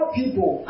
people